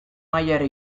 mailara